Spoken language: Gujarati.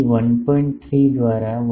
3 દ્વારા 1